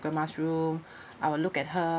grandma's room I will look at her